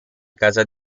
casa